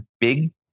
big